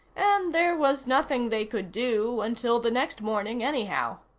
and there was nothing they could do until the next morning, anyhow.